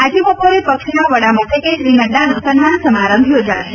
આજે બપોરે પક્ષના વડામથકે શ્રી નડ્ડાનો સન્માન સમારંભ યોજાશે